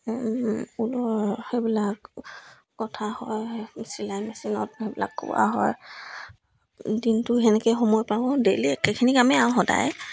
ঊলৰ সেইবিলাক কথা হয় চিলাই মেচিনত সেইবিলাক কোৱা হয় দিনটো সেনেকেই সময় পাওঁ ডেইলি একেখিনি কামেই আৰু সদায়